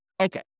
Okay